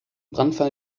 brandfall